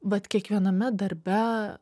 vat kiekviename darbe